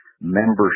membership